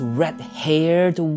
red-haired